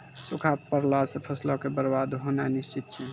सूखा पड़ला से फसलो के बरबाद होनाय निश्चित छै